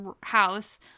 house